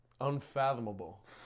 unfathomable